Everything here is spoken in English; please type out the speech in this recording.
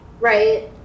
Right